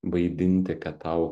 vaidinti kad tau